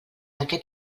aquest